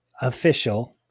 official